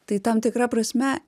tai tam tikra prasme